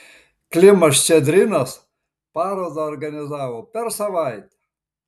klimas ščedrinas parodą organizavo per savaitę